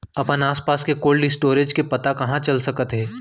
अपन आसपास के कोल्ड स्टोरेज के पता कहाँ चल सकत हे?